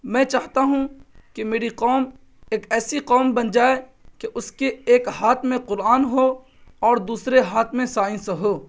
میں چاہتا ہوں کہ میری قوم ایک ایسی قوم بن جائے کہ اس کے ایک ہاتھ میں قرآن ہو اور دوسرے ہاتھ میں سائنس ہو